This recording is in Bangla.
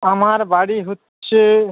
আমার বাড়ি হচ্ছে